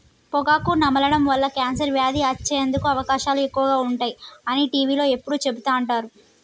పొగాకు నమలడం వల్ల కాన్సర్ వ్యాధి వచ్చేందుకు అవకాశాలు ఎక్కువగా ఉంటాయి అని టీవీలో ఎప్పుడు చెపుతుంటారు